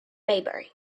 maybury